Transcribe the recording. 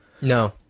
No